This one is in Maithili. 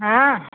हँ